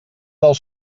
del